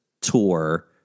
tour